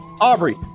Aubrey